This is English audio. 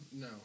No